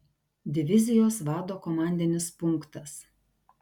divizijos vado komandinis punktas